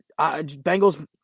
Bengals